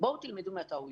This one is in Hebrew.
בואו תלמדו מהטעויות.